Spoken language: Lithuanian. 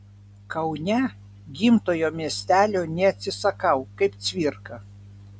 kaune gimtojo miestelio neatsisakau kaip cvirka